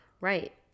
Right